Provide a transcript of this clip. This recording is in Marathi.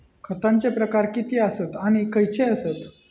खतांचे प्रकार किती आसत आणि खैचे आसत?